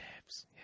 steps